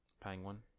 Penguin